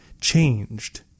changed